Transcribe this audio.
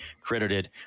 credited